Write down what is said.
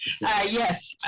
yes